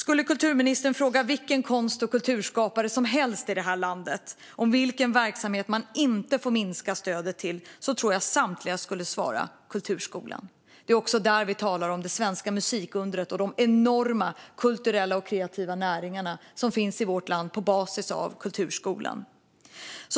Skulle kulturministern fråga vilken konst och kulturskapare som helst i vårt land om vilken verksamhet som man inte får minska stödet till, skulle samtliga svara: kulturskolan. Det är också där vi talar om det svenska musikundret och de enorma kulturella och kreativa näringar som finns i vårt land på basis av kulturskolan.